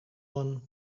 one